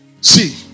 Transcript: See